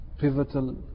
Pivotal